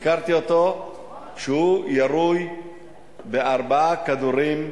ביקרתי אותו כשהוא ירוי בארבעה כדורים,